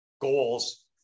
goals